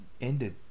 ended